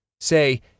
Say